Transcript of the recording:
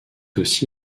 aussi